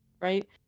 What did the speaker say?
Right